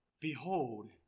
Behold